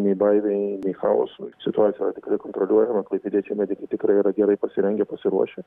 nei baimei nei chaosui situacija yra tikrai kontroliuojama klaipėdiečiai medikai tikrai yra gerai pasirengę pasiruošę